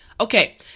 Okay